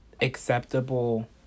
acceptable